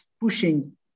pushing